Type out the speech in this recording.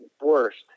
worst